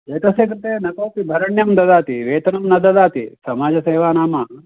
एतस्य कृते न कोपि भरण्यां ददाति वेतनं न ददाति समाजसेवा नाम